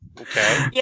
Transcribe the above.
Okay